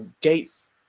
gates –